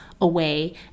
away